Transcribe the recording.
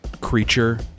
creature